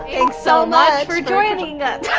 thanks so much. for joining us.